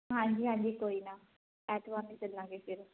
ਹਾਂਜੀ ਹਾਂਜੀ ਕੋਈ ਨਾ ਐਤਵਾਰ ਨੂੰ ਚੱਲਾਂਗੇ ਫਿਰ